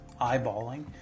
eyeballing